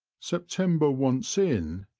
september once in,